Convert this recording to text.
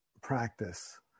practice